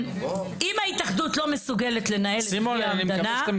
אם ההתאחדות לא מסוגלת לנהל --- סימון אני מקווה שאתה מגנה לפחות.